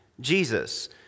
Jesus